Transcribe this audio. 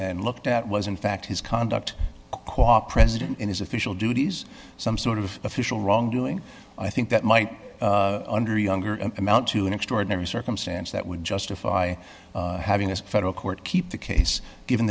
and looked at was in fact his conduct qua president in his official duties some sort of official wrongdoing i think that might under younger amount to an extraordinary circumstance that would justify having this federal court keep the case given